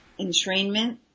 entrainment